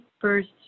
first